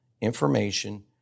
information